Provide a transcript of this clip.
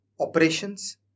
operations